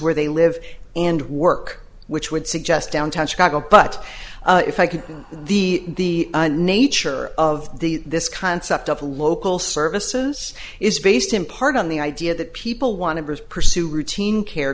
where they live and work which would suggest downtown chicago but if i could the nature of the this concept of the local services is based in part on the idea that people want to pursue routine care